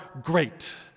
great